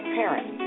parent